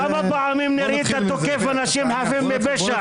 כמה פעמים נראית תוקף אנשים חפים מפשע?